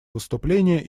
выступления